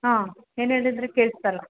ಹಾಂ ಏನು ಹೇಳಿದ್ರಿ ಕೇಳಿಸ್ತಾ ಇಲ್ಲ